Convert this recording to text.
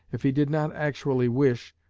if he did not actually wish,